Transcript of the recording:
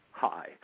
Hi